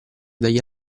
dagli